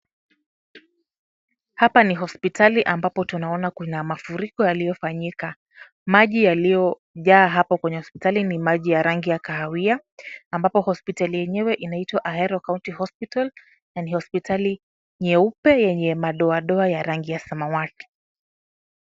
Hapa ni hospitali ambapo tunaona mafuriko yaliyofanyika . Maji yaliyojaa hapo kwenye hospitali ni maji ya rangi ya kahawia ambapo hospitali yenyewe inaitwa Ahero County Hospital na ni hopsitali nyeupe yenye madoadoa ya rangi ya samawati